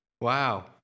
Wow